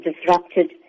disrupted